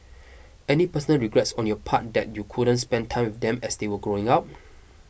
any personal regrets on your part that you couldn't spend time with them as they were growing up